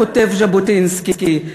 כותב ז'בוטינסקי,